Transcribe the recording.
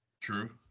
true